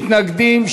מתנגדים,